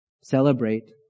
celebrate